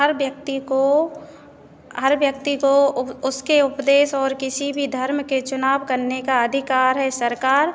हर व्यक्ति को हर व्यक्ति को उसके उपदेश और किसी भी धर्म के चुनाव करने का अधिकार है सरकार